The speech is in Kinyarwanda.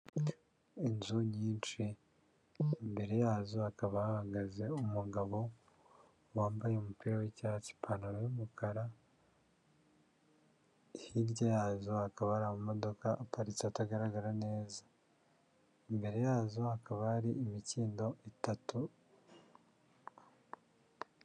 Inzu nyinshi imbere yazo hakaba hahagaze umugabo wambaye umupira w'icyatsi, ipantaro y'umukara hirya yazo hakaba hari amamodoka aparitse atagaragara neza, imbere yazo hakaba hari imikindo itatu.